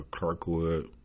Clarkwood